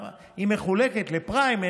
היא מחולקת לפריים,